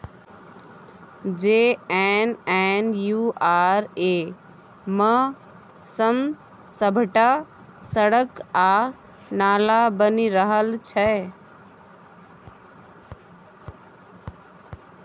JNNURM सँ सभटा सड़क आ नाला बनि रहल छै